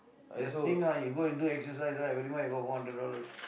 just think ah you go and do exercise right every month you got four hundred dollar